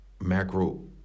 macro